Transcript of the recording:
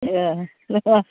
ए